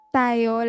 tayo